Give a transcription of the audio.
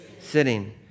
Sitting